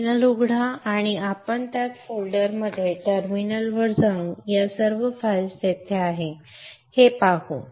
terminal उघडा आणि आपण त्या फोल्डरमध्ये टर्मिनलवर जाऊन या सर्व फाईल्स तेथे आहेत हे पाहू